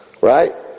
Right